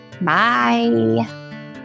Bye